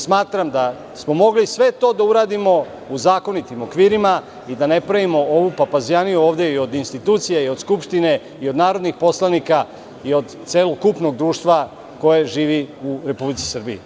Smatram da smo mogli sve to da uradimo u zakonitim okvirima i da ne pravimo ovu papazjaniju ovde i od institucija i od Skupštine i od narodnih poslanika i od celokupnog društva koje živi u Republici Srbiji.